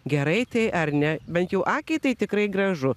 gerai tai ar ne bent jau akiai tai tikrai gražu